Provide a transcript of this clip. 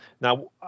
Now